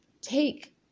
take